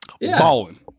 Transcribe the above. Balling